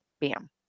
Bam